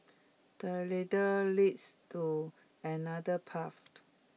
the ladder leads to another path